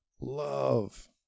love